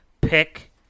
pick